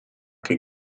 che